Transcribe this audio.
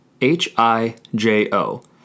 H-I-J-O